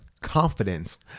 confidence